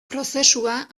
prozesua